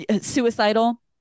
suicidal